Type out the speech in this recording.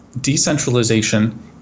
decentralization